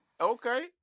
Okay